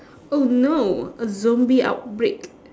oh no a zombie outbreak